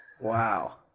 Wow